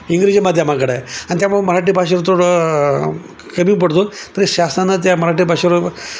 इंग्रजी माध्यमाकडं आहे आणि त्यामुळं मराठी भाषेवर थोडं कमी पडतो तरी शासनात त्या मराठी भाषेवर